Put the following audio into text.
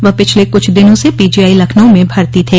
वह पिछले कुछ दिनों से पीजीआई लखनऊ में भर्ती थे